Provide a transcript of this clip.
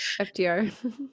fdr